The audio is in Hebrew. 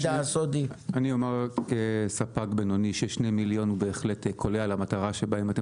אומר ספק בינוני ש-2 מיליון קולע למטרה שבה אם אתם